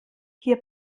hier